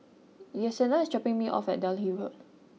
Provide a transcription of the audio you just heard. Yesenia is dropping me off at Delhi Road